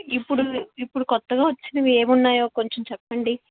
ఇప్పుడు ఇప్పుడు కొత్తగా వచ్చినవి ఏవి ఉన్నాయో కొంచెం చెప్పండి